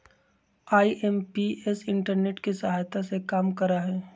IMPS internet के सहायता से काम करा हई